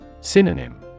Synonym